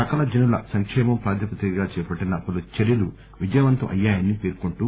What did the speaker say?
సకల జనుల సంకేమం ప్రాతిపదికగా చేపట్టిన పలు చర్యలు విజయవంతం అయ్యాయని పేర్కొంటూ